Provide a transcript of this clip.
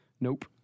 nope